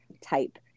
type